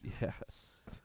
Yes